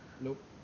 Nope